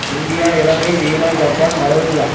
India Ilangai China Japan Malaysia